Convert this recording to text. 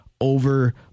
over